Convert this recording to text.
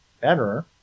better